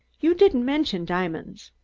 you didn't mention diamonds.